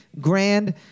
Grand